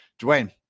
Dwayne